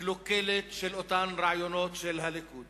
קלוקלת של אותם רעיונות של הליכוד